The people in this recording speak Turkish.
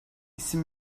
isim